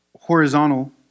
horizontal